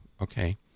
okay